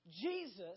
Jesus